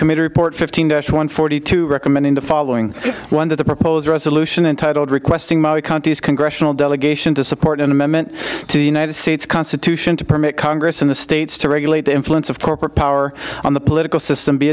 committee report fifteen dash one forty two recommending the following one of the proposed resolution entitled requesting countries congressional delegation to support an amendment to the united states constitution to permit congress in the states to regulate the influence of corporate power on the political system be